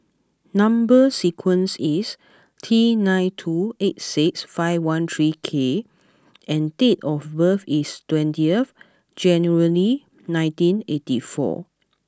number sequence is T nine two eight six five one three K and date of birth is twentieth January nineteen eighty four